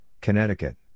Connecticut